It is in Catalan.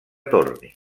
torni